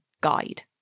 guide